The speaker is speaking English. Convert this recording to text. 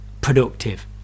productive